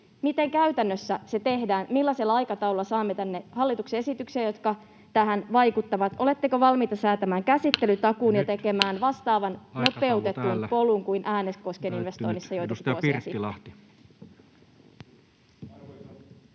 Miten se käytännössä tehdään? Millaisella aikataululla saamme tänne hallituksen esityksiä, jotka tähän vaikuttavat? Oletteko valmiita säätämään käsittelytakuun ja tekemään vastaavan nopeutetun polun kuin Äänekosken investoinnissa joitakin vuosia sitten?